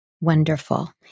Wonderful